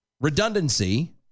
redundancy